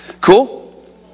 Cool